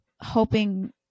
hoping